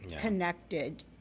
connected